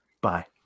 Bye